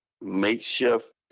makeshift